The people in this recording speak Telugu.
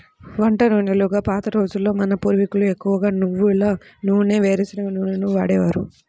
వంట నూనెలుగా పాత రోజుల్లో మన పూర్వీకులు ఎక్కువగా నువ్వుల నూనె, వేరుశనగ నూనెలనే వాడేవారు